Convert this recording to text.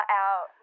out